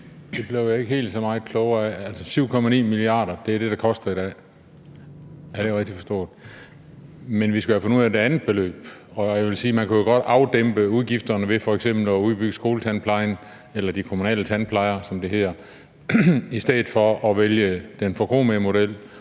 det blev jeg ikke helt så meget klogere af. Altså, er 7,9 mia. kr. det, som det koster i dag? Er det rigtigt forstået? Men vi skal jo have fundet ud af det andet beløb, og jeg vil jo sige, at man godt kunne afdæmpe udgifterne ved f.eks. at udbygge skoletandplejen eller de kommunale tandplejer, som det hedder, i stedet for at vælge den forkromede model